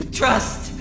trust